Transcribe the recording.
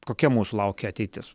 kokia mūsų laukia ateitis